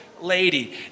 lady